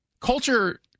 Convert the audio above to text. Culture